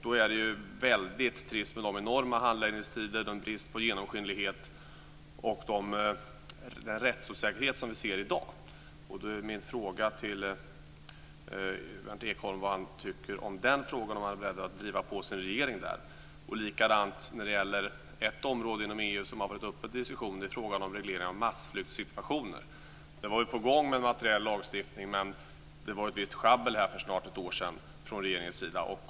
Då är det väldigt trist med de enorma handläggningstider, den brist på genomskinlighet och den rättsosäkerhet vi ser i dag. Min fråga till Berndt Ekholm är vad han tycker om detta och om han är beredd att där driva på sin regering. Ett annat område inom EU som har varit uppe till diskussion är frågan om reglering av massflyktssituationer. Där har en materiell lagstiftning varit på gång, men det var ett visst sjabbel från regeringens sida för snart ett år sedan.